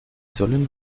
sollen